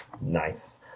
Nice